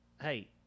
hey